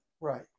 right